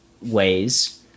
ways